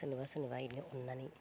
सोरनोबा सोरनोबा इदिनो अननानै